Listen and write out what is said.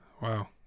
Wow